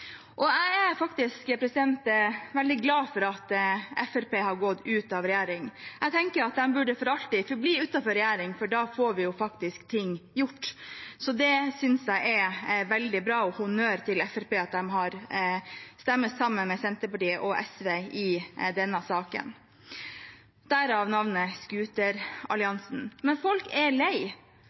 Jeg er faktisk veldig glad for at Fremskrittspartiet har gått ut av regjering. Jeg tenker at de for alltid burde forbli utenfor regjering, for da får vi faktisk ting gjort. Så det synes jeg er veldig bra. Honnør til Fremskrittspartiet for at de stemmer sammen med Senterpartiet og Arbeiderpartiet i denne saken – derav navnet scooteralliansen. Folk er lei. Folk er